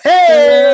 Hey